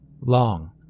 Long